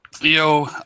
Yo